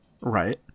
Right